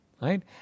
right